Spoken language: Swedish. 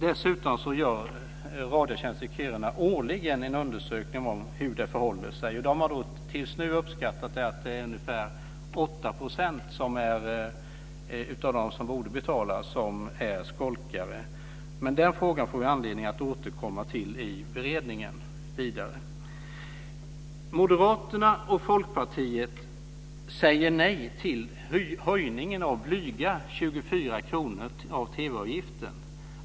Dessutom gör Radiotjänst i Kiruna årligen en undersökning om hur det förhåller sig. Radiotjänst har fram till nu uppskattat att ungefär 8 % av de som borde betala är skolkare. Den frågan får vi anledning att återkomma till i den vidare beredningen. Moderaterna och Folkpartiet säger nej till höjningen av TV-avgiften med blygsamma 24 kr.